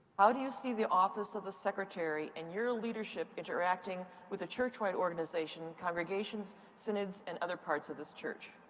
how do you see the office of the secretary and your leadership interacting with the churchwide organization, congregations, synods, and other parts of this church?